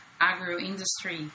agro-industry